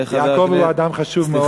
יעקב הוא אדם חשוב מאוד, אבל שמי ישראל.